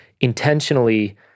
intentionally